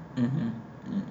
mmhmm um